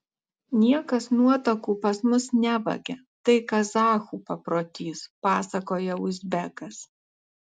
niekas nuotakų pas mus nevagia tai kazachų paprotys pasakoja uzbekas